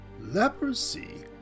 Leprosy